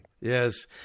Yes